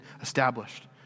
established